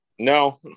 No